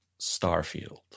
Starfield